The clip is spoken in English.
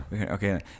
okay